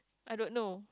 I don't know